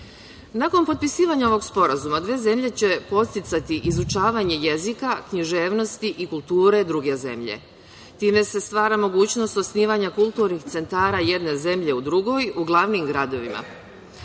potpisivanja sporazuma dve zemlje će podsticati izučavanje jezika, književnosti i kulture druge zemlje. time se stvara mogućnost osnivanja kulturnih centara jedne zemlje u drugoj u glavnim gradovima.